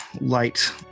light